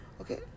okay